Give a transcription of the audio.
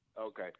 Okay